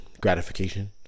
gratification